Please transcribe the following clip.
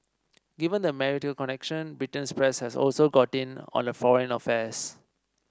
given the marital connection Britain's press has also got in on her foreign affairs